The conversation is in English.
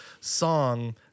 song